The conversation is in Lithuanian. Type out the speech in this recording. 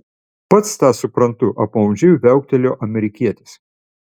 pats tą suprantu apmaudžiai viauktelėjo amerikietis